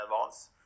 advance